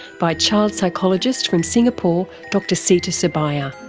by child psychologist from singapore, dr seetha subbiah.